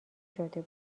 شده